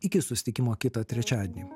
iki susitikimo kitą trečiadienį